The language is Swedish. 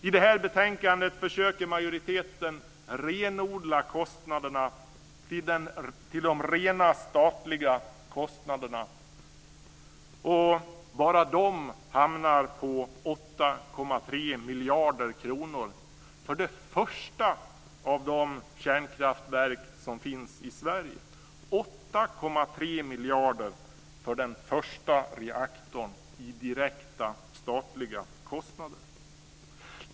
I detta betänkande försöker majoriteten renodla kostnaderna, och bara de rena statliga kostnaderna hamnar på 8,3 miljarder kronor för det första av de kärnkraftverk som finns i Sverige. Det är 8,3 miljarder för den första reaktorn i direkta statliga kostnader.